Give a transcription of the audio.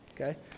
okay